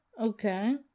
Okay